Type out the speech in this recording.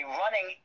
running